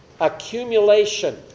Accumulation